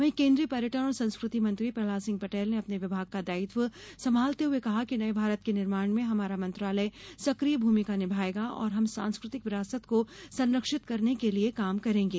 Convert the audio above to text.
वहीं केन्द्रीय पर्यटन और संस्कृति मंत्री प्रहलाद सिंह पटेल ने अपने विभाग का दायित्व संभालते हुए कहा कि नये भारत के निर्माण में हमारा मंत्रालय सक्रिय भूमिका निभाएगा और हम सांस्कृतिक विरासत को संरक्षित करने के लिये काम करेंगे